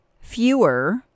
Fewer